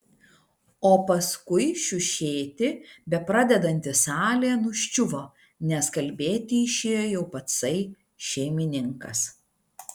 o paskui šiušėti bepradedanti salė nuščiuvo nes kalbėti išėjo jau patsai šeimininkas